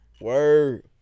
word